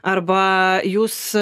arba jūs